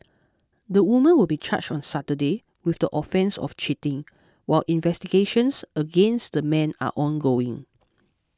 the woman will be charged on Saturday with the offence of cheating while investigations against the man are ongoing